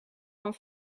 van